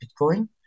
Bitcoin